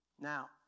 Now